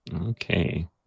Okay